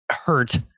hurt